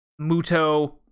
muto